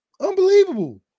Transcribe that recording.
Unbelievable